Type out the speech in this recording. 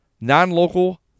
Non-local